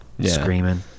screaming